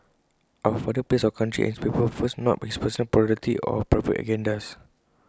our father placed our country and his people first not his personal popularity or private agendas